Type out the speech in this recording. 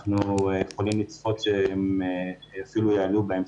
אנחנו יכולים לצפות שהם יעלו בהמשך.